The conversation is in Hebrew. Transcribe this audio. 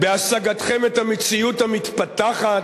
בהשגתכם את המציאות המתפתחת.